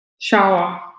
shower